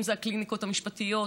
אם זה הקליניקות המשפטיות,